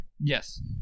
yes